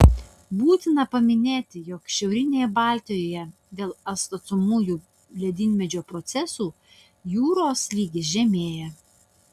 būtina paminėti jog šiaurinėje baltijoje dėl atstatomųjų poledynmečio procesų jūros lygis žemėja